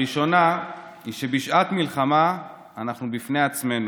הראשונה היא שבשעת מלחמה אנחנו בפני עצמנו.